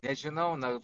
nežinau na